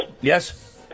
Yes